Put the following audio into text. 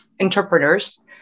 interpreters